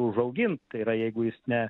užaugint tai yra jeigu jis ne